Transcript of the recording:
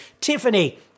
Tiffany